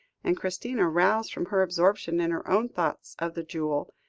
and christina, roused from her absorption in her own thoughts of the jewel,